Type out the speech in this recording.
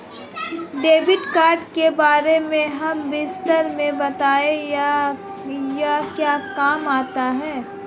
Debit card के बारे में हमें विस्तार से बताएं यह क्या काम आता है?